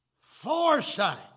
Foresight